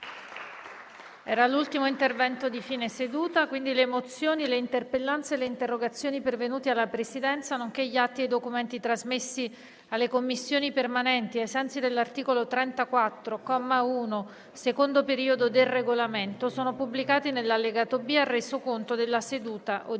"Il link apre una nuova finestra"). Le mozioni, le interpellanze e le interrogazioni pervenute alla Presidenza, nonché gli atti e i documenti trasmessi alle Commissioni permanenti ai sensi dell'articolo 34, comma 1, secondo periodo, del Regolamento sono pubblicati nell'allegato B al Resoconto della seduta